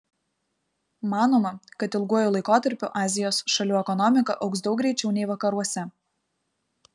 manoma kad ilguoju laikotarpiu azijos šalių ekonomika augs daug greičiau nei vakaruose